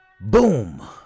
Boom